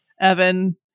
Evan